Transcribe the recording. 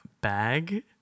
bag